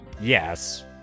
yes